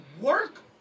work